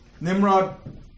Nimrod